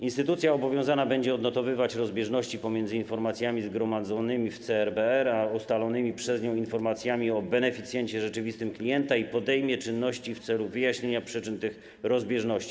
Instytucja obowiązana będzie odnotowywać rozbieżności pomiędzy informacjami zgromadzonymi w CRBR a ustalonymi przez nią informacjami o beneficjencie rzeczywistym klienta i podejmować czynności w celu wyjaśnienia przyczyn tych rozbieżności.